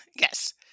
yes